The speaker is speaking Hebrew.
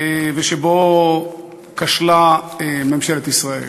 ושבו כשלה ממשלת ישראל.